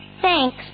Thanks